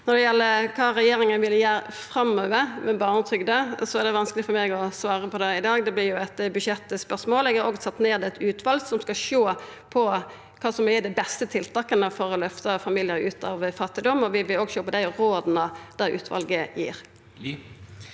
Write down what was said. kva regjeringa vil gjera framover med barnetrygda, er det vanskeleg for meg å svara på det i dag. Det vert eit budsjettspørsmål. Eg har sett ned eit utval som skal sjå på kva som er dei beste tiltaka for å løfta familiar ut av fattigdom, og vi vil òg sjå på dei råda det utvalet gir.